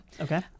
Okay